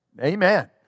Amen